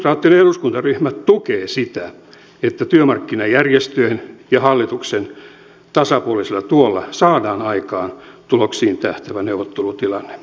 sosialidemokraattinen eduskuntaryhmä tukee sitä että työmarkkinajärjestöjen ja hallituksen tasapuolisella tuella saadaan aikaan tuloksiin tähtäävä neuvottelutilanne